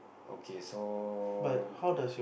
okay so